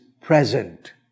present